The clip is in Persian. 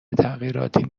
تغییراتی